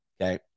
Okay